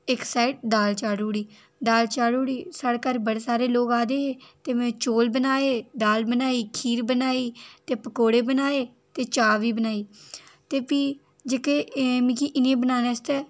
इक साइड दाल चाढ़ी ओड़ी दाल चाढ़ी ओड़ी स्हाड़ै घर बड़े सारे लोक आए दे हे ते में चौल बनाए दाल बनाई खीर बनाई ते पकोड़े बनाए ते चाह् बी बनाई ते फ्ही जेह्के मी इ'नेंगी बनाने आस्तै